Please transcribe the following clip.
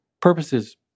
purposes